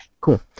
cool